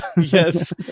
Yes